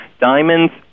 diamonds